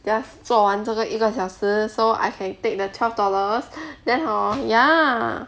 just 做完这个一个小时 so I can take the twelve dollars then hor ya